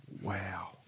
wow